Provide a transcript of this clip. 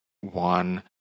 one